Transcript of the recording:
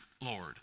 Lord